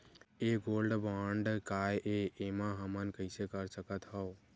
ये gold bond काय ए एमा हमन कइसे कर सकत हव?